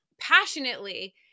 passionately